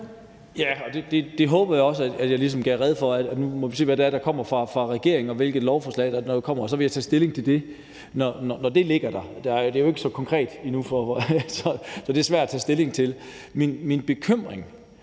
(NB): Det håber jeg også at jeg gjorde rede for. Nu må vi se, hvad det er, der kommer fra regeringen, og hvilket lovforslag der kommer, og så vil jeg tage stilling til det, når det ligger der. Det er jo ikke konkret endnu, så det er svært at tage stilling til. Jeg har en bekymring